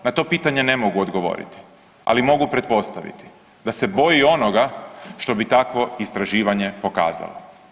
Na to pitanje ne mogu odgovoriti, ali mogu pretpostaviti da se boji onoga što bi takvo istraživanje pokazalo.